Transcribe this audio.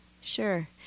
sure